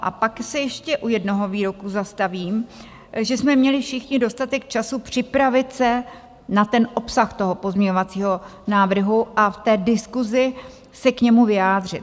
A pak se ještě u jednoho výroku zastavím že jsme měli všichni dostatek času připravit se na obsah toho pozměňovacího návrhu a v diskusi se k němu vyjádřit.